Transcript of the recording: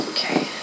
Okay